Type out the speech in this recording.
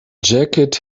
jacket